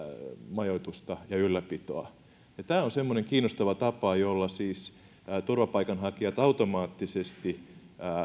majoitusta ja ylläpitoa ja tämä on semmoinen kiinnostava tapa jolla siis turvapaikanhakijat automaattisesti